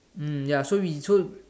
mm ya so we so